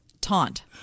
taunt